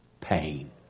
pain